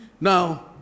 Now